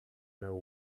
know